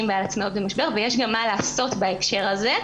ועל עצמאיות במשבר ויש גם מה לעשות בהקשר הזה.